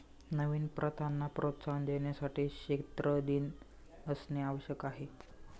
नवीन प्रथांना प्रोत्साहन देण्यासाठी क्षेत्र दिन असणे आवश्यक आहे